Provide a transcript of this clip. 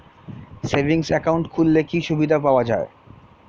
Savings account খুললে কি সুবিধা পাওয়া যায়?